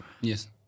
Yes